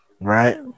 Right